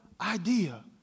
idea